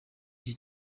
iki